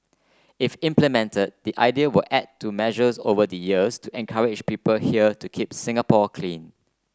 if implemented the idea will add to measures over the years to encourage people here to keep Singapore clean